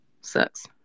sucks